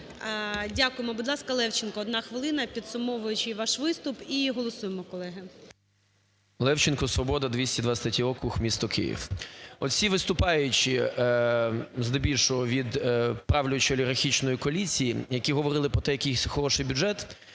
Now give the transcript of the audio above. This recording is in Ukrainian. Дякуємо. Будь ласка, Левченко, одна хвилина. І підсумовуючий ваш виступ, і голосуємо, колеги. 11:17:03 ЛЕВЧЕНКО Ю.В. Левченко, "Свобода", 223 округ, місто Київ. От всі виступаючі, здебільшого від правлячої олігархічної коаліції, які говорили про те, який хороший бюджет,